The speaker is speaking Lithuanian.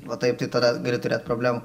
va taip tai tada gali turėt problemų